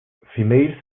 female